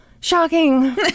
Shocking